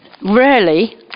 Rarely